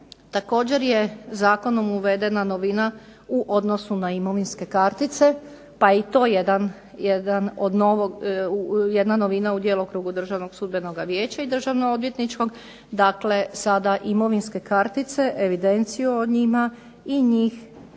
Također je zakonom uvedena novina u odnosu na imovinske kartice, pa je i to jedna novina u djelokrugu Državnog sudbenog vijeća i državno-odvjetničkog. Dakle, sada imovinske kartice, evidenciju o njima i njih